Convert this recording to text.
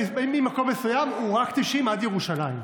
ממקום מסוים הוא רק 90 קמ"ש, עד ירושלים.